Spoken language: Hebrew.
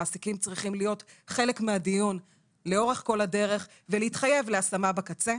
המעסיקים צריכים להיות חלק מהדיון לאורך כל הדרך ולהתחייב להשמה בקצה.